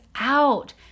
out